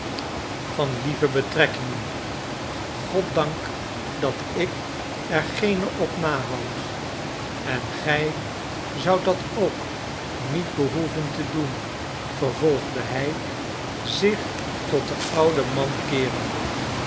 van lieve nelly betrekkingen goddank dat ik er geene op nahoud en gij zoudt dat ook niet behoeven te doen vervolgde hij zich tot den ouden man keerende